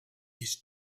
his